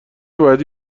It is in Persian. بعدی